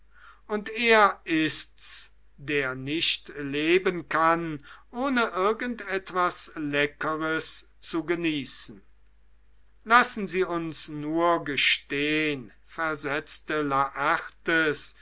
und er ist's der nicht leben kann ohne irgend etwas leckeres zu genießen lassen sie uns nur gestehn versetzte laertes